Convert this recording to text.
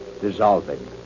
dissolving